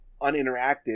uninteractive